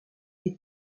est